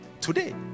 Today